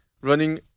running